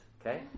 okay